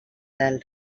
del